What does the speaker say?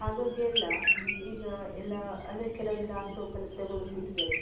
ಹಾಗಾಗಿ ಎಲ್ಲ ಈಗ ಎಲ್ಲ ಅಂದರೆ ಕೆಲವರೆಲ್ಲ ಆ ಸೋಪೆಲ್ಲ ತೆಗೊಳ್ಳುದು ಬಿಟ್ಟಿದ್ದಾರೆ